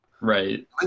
Right